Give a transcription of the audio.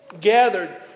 gathered